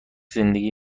زندگی